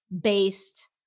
based